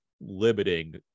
limiting